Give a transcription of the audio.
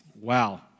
Wow